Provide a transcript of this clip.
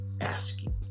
asking